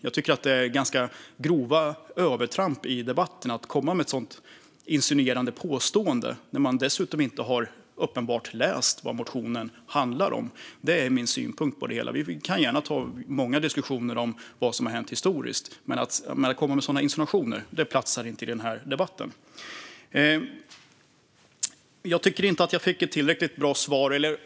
Jag tycker att det är ganska grova övertramp i debatten att komma med sådana insinuationer, när man dessutom uppenbarligen inte har läst vad motionen handlar om. Det är min synpunkt på det hela. Jag har gärna många diskussioner om vad som hänt i historien, men att komma med sådana insinuationer platsar inte i den här debatten. Jag tycker inte att jag fick ett tillräckligt bra svar.